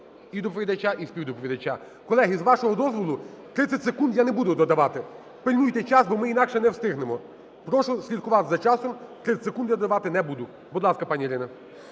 і доповідача, і співдоповідача. Колеги, з вашого дозволу 30 секунд я не буду додавати, пильнуйте час, бо ми інакше не встигнемо. Прошу слідкувати за часом, 30 секунд я додавати не буду. Будь ласка, пані Ірина.